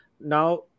Now